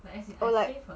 oh my god